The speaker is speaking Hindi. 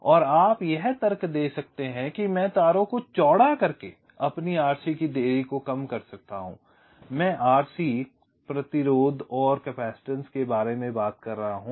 और आप यह तर्क दे सकते हैं कि मैं तारों को चौड़ा करके अपनी RC देरी को कम कर सकता हूं मैं RC प्रतिरोध और कैपेसिटेंस के बारे में बात कर रहा हूँ